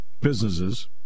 businesses